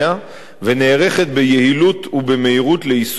ונערכת ביעילות ובמהירות ליישום החוזר,